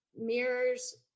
mirrors